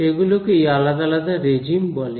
সেইগুলোকেই আলাদা আলাদা রেজিম বলে